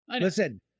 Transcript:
Listen